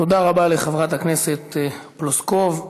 תודה רבה לחברת הכנסת פלוסקוב.